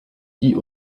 die